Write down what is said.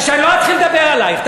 שאני לא אתחיל לדבר עלייך,